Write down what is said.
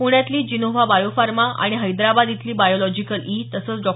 पृण्यातली Gennova Biopharma आणि हैदराबाद इथली Biological E तसंच डॉ